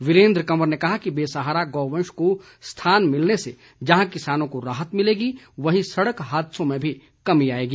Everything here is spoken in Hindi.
वीरेन्द्र कंवर ने कहा कि बेसहारा गौवंश को स्थान मिलने से जहां किसानों को राहत मिलेगी वहीं सड़क हादसों में भी कमी आएगी